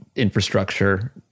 Infrastructure